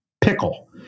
pickle